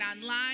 online